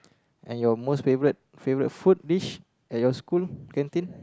and your most favourite favourite food dish at your school canteen